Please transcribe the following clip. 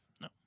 No